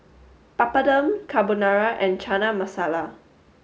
Papadum Carbonara and Chana Masala